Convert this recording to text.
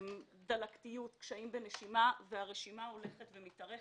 דלקתיוּת, קשיים בנשימה, והרשימה הולכת ומתארכת.